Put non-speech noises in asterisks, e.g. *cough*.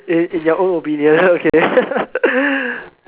in in your own opinion okay *laughs*